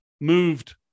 moved